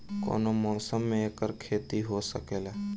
कवनो मौसम में एकर खेती हो सकेला